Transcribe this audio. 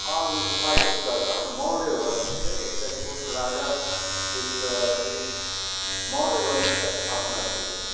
आओर विस्थापित कऽ के मौर्य वंशके एकटा छोट राजा एक एक मौर्य वंशके स्थापना केलकै